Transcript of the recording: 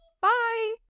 Bye